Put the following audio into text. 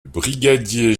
brigadier